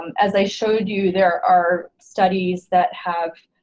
um as i showed you there are studies that have